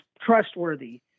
trustworthy